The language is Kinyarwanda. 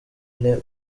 ine